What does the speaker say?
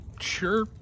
sure